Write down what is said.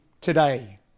today